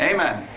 Amen